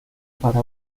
para